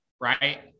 right